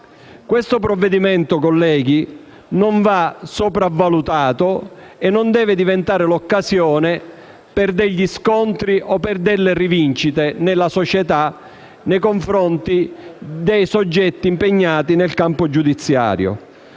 questo provvedimento non va sopravvalutato e non deve diventare l'occasione per degli scontri o per delle rivincite nella società nei confronti dei soggetti impegnati nel campo giudiziario